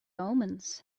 omens